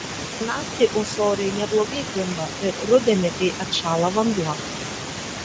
naktį ūsoriai neblogai kimba ir rudenį kai atšąla vanduo